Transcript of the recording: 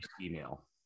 email